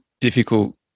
difficult